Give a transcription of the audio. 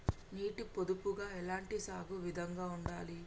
నీటి పొదుపుగా ఎలాంటి సాగు విధంగా ఉండాలి?